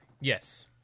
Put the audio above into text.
Yes